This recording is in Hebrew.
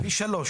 זה פי שלוש.